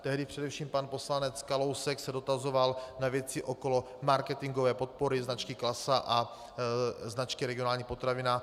Tehdy především pan poslanec Kalousek se dotazoval na věci okolo marketingové podpory značky Klasa a značky Regionální potravina.